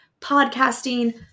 podcasting